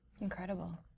Incredible